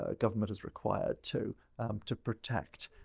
ah government is required to to protect